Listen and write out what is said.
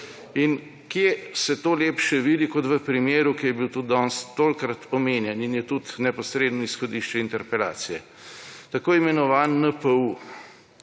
In kje ste to lepše vidi kot v primeru, ki je bil tudi danes tolikokrat omenjen in je tudi neposredno izhodišče interpelacije. Tako imenovani NPU.